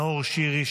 נאור שירי,